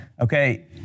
Okay